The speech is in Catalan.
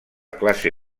classe